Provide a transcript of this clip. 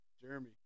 Jeremy